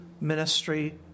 ministry